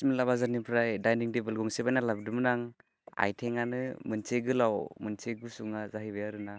सिमला बाजारनिफ्राय dining table गंसे बायना लाबोदोंमोन आं आथिङानो मोनसे गोलाव मोनसे गुसुङा जाहैबाय आरो ना